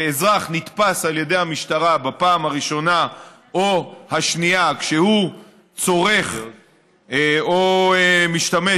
שאזרח נתפס על ידי משטרה בפעם הראשונה או השנייה כשהוא צורך או משתמש,